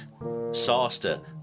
Sosta